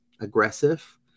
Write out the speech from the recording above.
aggressive